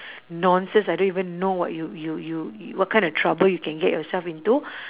nonsense I don't even know what you you you what kind of trouble you can get yourself into